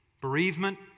bereavement